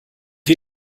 you